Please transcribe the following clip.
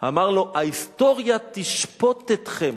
אמר לו: ההיסטוריה תשפוט אתכם.